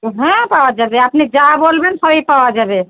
হ্যাঁ পাওয়া যাবে আপনি যা বলবেন সবই পাওয়া যাবে